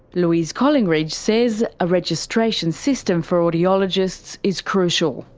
louise collingridge says a registration system for audiologists is crucial.